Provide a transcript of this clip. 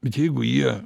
bet jeigu jie